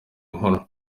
nkuru